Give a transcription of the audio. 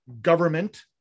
government